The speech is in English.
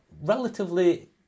relatively